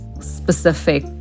specific